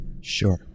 Sure